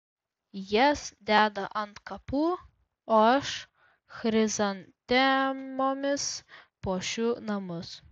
jas deda ant kapų o aš chrizantemomis puošiu namus